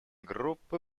группы